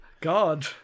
god